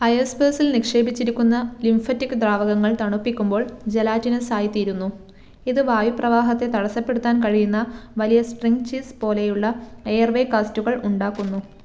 ഐയർസ്പേസിൽ നിക്ഷേപിച്ചിരിക്കുന്ന ലിംഫറ്റിക് ദ്രാവകങ്ങൾ തണുപ്പിക്കുമ്പോൾ ജലാറ്റിനസ് ആയിത്തീരുന്നു ഇത് വായുപ്രവാഹത്തെ തടസ്സപ്പെടുത്താൻ കഴിയുന്ന വലിയ സ്ട്രിംഗ് ചീസ് പോലെയുള്ള എയർവേ കാസ്റ്റുകൾ ഉണ്ടാക്കുന്നു